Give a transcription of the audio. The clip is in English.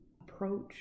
approach